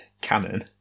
canon